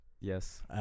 Yes